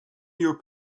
your